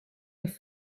with